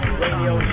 radio